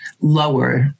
lower